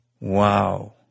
Wow